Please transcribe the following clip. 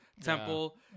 temple